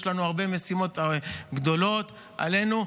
יש לנו הרבה משימות גדולות עלינו,